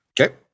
Okay